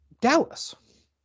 Dallas